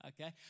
okay